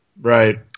Right